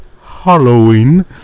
Halloween